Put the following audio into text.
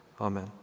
Amen